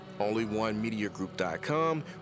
onlyonemediagroup.com